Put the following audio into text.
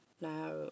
Now